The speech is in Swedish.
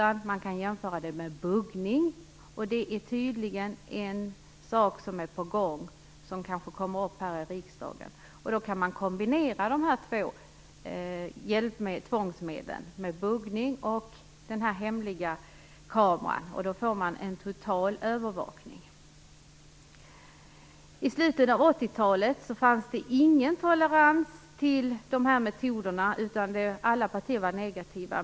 Man kan jämföra detta med buggning, och det är tydligen något som är på gång, som kanske kommer upp här i riksdagen. Man kan kombinera dessa två tvångsmedel, buggning och hemliga kameror, och då får man en total övervakning. I slutet av 1980-talet fanns det ingen tolerans för de här metoderna. Alla partier var negativa.